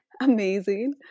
amazing